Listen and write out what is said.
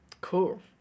Cool